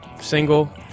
single